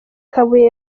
kabuye